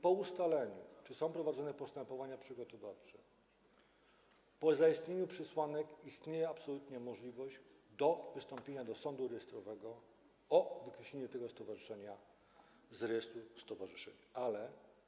Po ustaleniu, czy są prowadzone postępowania przygotowawcze, po stwierdzeniu wystąpienia przesłanek istnieje absolutnie możliwość wystąpienia do sądu rejestrowego o wykreślenie tego stowarzyszenia z rejestru stowarzyszeń.